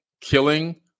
killing